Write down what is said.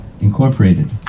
Incorporated